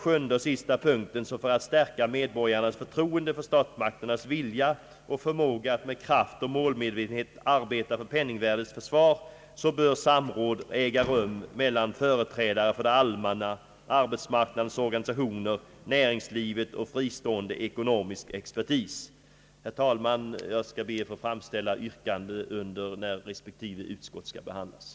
7) För att stärka medborgarnas förtroende för statsmakternas vilja och förmåga att med kraft och målmedvetet arbete verka för ett fast penningvärde bör samråd äga rum mellan företrädare för det allmänna, arbetsmarknadens organisationer, näringslivet och fristående ekonomisk expertis. Herr talman! Jag skall be att få framställa yrkanden när respektive utskottsutlåtande har föredragits.